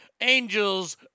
Angels